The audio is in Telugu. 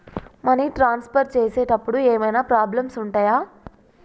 మనీ ట్రాన్స్ఫర్ చేసేటప్పుడు ఏమైనా ప్రాబ్లమ్స్ ఉంటయా?